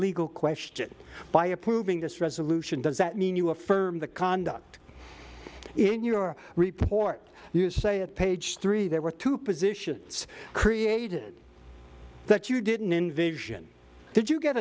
legal question by approving this resolution does that mean you affirm the conduct in your report you say at page three there were two positions created that you didn't envision did you get